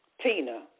Tina